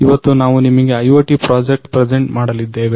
ಇವತ್ತು ನಾವು ನಿಮಗೆ IoT ಪ್ರಾಜೆಕ್ಟ್ ಪ್ರೆಜೆಂಟ್ ಮಾಡಲಿದ್ದೇವೆ